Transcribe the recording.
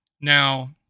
Now